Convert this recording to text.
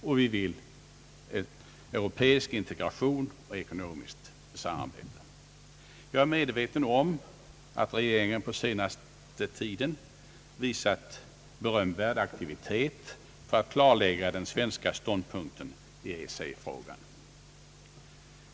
Vi önskar en europeisk integration och ett europeiskt samarbete. Jag är medveten om att regeringen på senaste tiden visat berömvärd aktivitet för att klarlägga den svenska ståndpunkten i EEC-frågan.